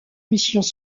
missions